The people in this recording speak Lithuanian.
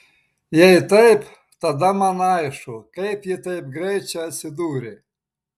jei taip tada man aišku kaip ji taip greit čia atsidūrė